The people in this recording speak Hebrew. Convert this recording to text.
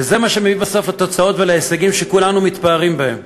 וזה מה שמביא בסוף לתוצאות ולהישגים שכולנו מתפארים בהם.